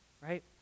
Right